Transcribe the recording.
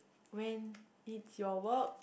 when it's your work